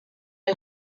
est